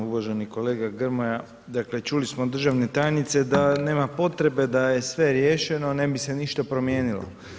Uvaženi kolega Grmoja, dakle, čuli smo od državne tajnice da nema potrebe da je sve riješeno, ne bi se ništa promijenilo.